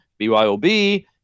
BYOB